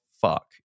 fuck